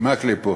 מקלב פה.